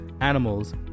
animals